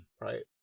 right